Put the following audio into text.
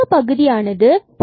இந்த பகுதியானது பாசிட்டிவ்